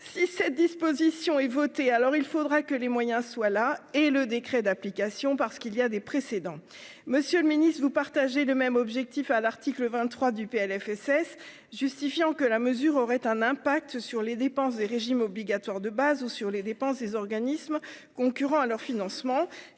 si cette disposition est votée, alors il faudra que les moyens soient là et le décret d'application parce qu'il y a des précédents, Monsieur le Ministre, vous partagez le même objectif, à l'article 23 du PLFSS justifiant que la mesure aurait un impact sur les dépenses des régimes obligatoires de base ou sur les dépenses des organismes concurrents à leur financement